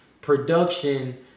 production